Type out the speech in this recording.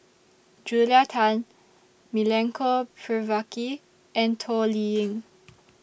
Julia Tan Milenko Prvacki and Toh Liying